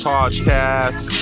Podcast